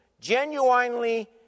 genuinely